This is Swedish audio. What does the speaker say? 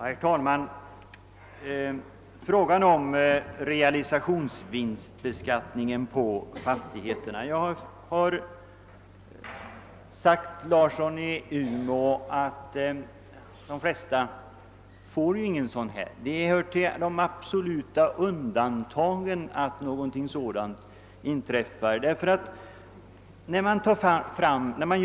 Herr talman! Jag har tidigare sagt, herr Larsson i Umeå, att det endast i mycket få undantagsfall inträffar att det vid försäljning av fastigheter blir fråga om någon realisationsvinstbeskattning.